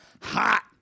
hot